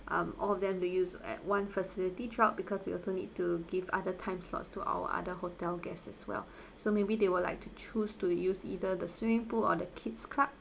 um all of them to use at one facility throughout because we also need to give other time slots to our other hotel guests as well so maybe they were like to choose to use either the swimming pool or the kids club